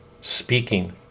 speaking